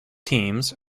teams